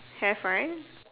have right